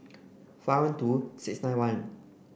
five one two six nine one